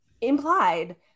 implied